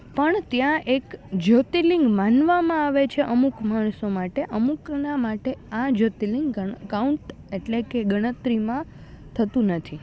પણ ત્યાં એક જ્યોતિર્લિંગ માનવામાં આવે છે અમુક માણસો માટે અમુકના માટે આ જ્યોતિર્લિંગ કાઉન્ટ એટલે કે ગણતરીમાં થતું નથી